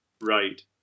Right